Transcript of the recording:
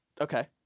Okay